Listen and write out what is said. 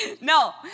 No